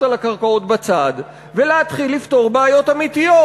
על הקרקעות בצד ולהתחיל לפתור בעיות אמיתיות: